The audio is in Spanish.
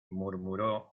murmuró